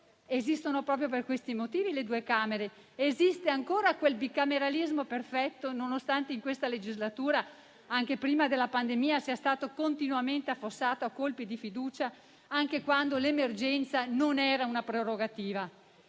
Esistono proprio per questi motivi le due Camere. Esiste ancora il bicameralismo perfetto, nonostante in questa legislatura, anche prima della pandemia, sia stato continuamente affossato a colpi di fiducia, anche quando l'emergenza non era una prerogativa.